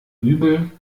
übel